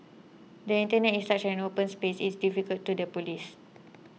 the Internet is such an open space it's difficult to the police